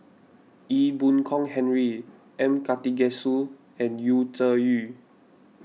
Ee Boon Kong Henry M Karthigesu and Yu Zhuye